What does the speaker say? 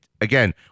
again